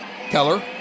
Keller